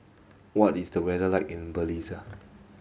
what is the weather like in Belize